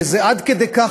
וזה עד כדי כך,